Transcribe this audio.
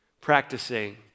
practicing